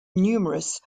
numerous